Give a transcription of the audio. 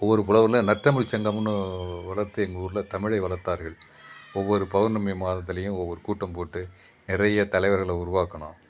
ஒவ்வொரு புலவர்களும் நற்றமிழ் சங்கம்னு வளர்த்து எங்கள் ஊரில் தமிழை வளர்த்தார்கள் ஒவ்வொரு பௌர்ணமி மாதத்துலயும் ஒவ்வொரு கூட்டம் போட்டு நிறைய தலைவர்கள உருவாக்கணும்